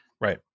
Right